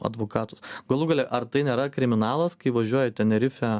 advokatus galų gale ar tai nėra kriminalas kai važiuoja į tenerifę